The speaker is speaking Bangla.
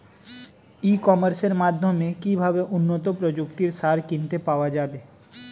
ই কমার্সের মাধ্যমে কিভাবে উন্নত প্রযুক্তির সার কিনতে পাওয়া যাবে?